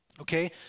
Okay